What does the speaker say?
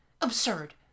absurd